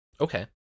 Okay